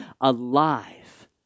alive